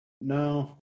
No